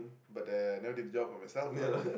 but uh I never did the job for myself lah